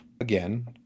Again